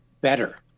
better